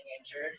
injured